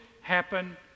happen